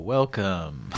Welcome